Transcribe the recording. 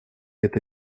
эта